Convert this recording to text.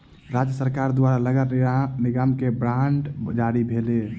राज्य सरकार द्वारा नगर निगम के बांड जारी भेलै